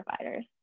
providers